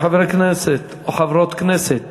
רבותי, חברי כנסת או חברות כנסת